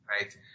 right